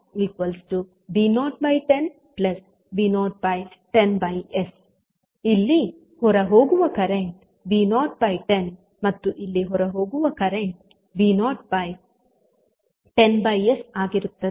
5V010V010s ಇಲ್ಲಿ ಹೊರಹೋಗುವ current ವಿ010 V010 ಮತ್ತು ಇಲ್ಲಿ ಹೊರಹೋಗುವ ಕರೆಂಟ್ V010s ಆಗಿರುತ್ತದೆ